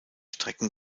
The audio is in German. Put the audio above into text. strecken